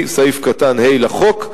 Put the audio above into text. לחוק,